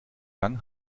gang